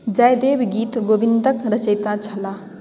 जयदेव गीत गोविन्दके रचयिता छलाह